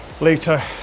later